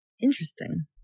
interesting